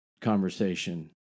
conversation